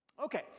Okay